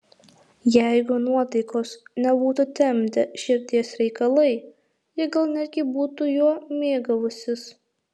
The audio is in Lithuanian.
jeigu nuotaikos nebūtų temdę širdies reikalai ji gal netgi būtų juo mėgavusis